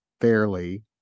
fairly